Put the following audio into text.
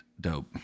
dope